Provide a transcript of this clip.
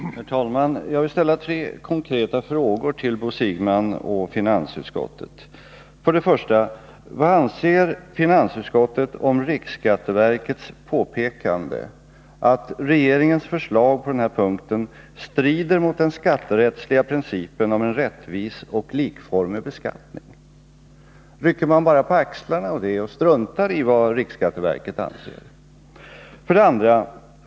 Herr talman! Jag vill ställa tre konkreta frågor till Bo Siegbahn och finansutskottet. 1. Vad anser finansutskottet om riksskatteverkets påpekande att regeringens förslag på den här punkten strider mot den skatterättsliga principen om en rättvis och likformig beskattning? Rycker man bara på axlarna åt det och struntar i vad riksskatteverket anser? 2.